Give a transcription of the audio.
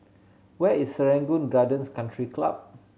where is Serangoon Gardens Country Club